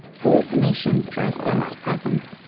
hallucinations or a sensed presence,